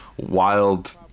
wild